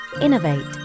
Innovate